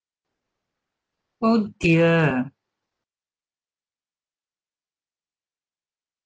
oh dear